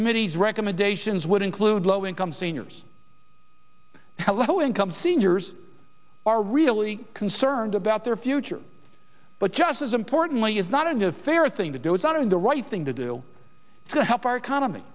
committee's recommendations would include low income seniors how low income seniors are really concerned about their future but just as importantly it's not a fair thing to do it's not in the right thing to do to help our economy